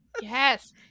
Yes